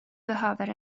behöver